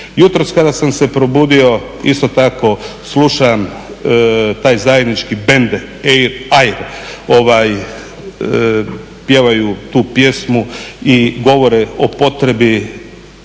Jutro kada sam se probudio isto slušam taj zajednički bend, …/Govornik se ne razumije./… pjevaju tu pjesmu i govore o potrebi